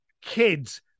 kids